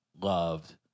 loved